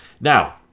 Now